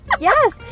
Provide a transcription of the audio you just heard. Yes